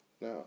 Now